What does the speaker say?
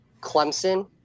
Clemson